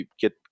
get